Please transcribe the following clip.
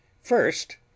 first